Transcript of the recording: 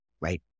right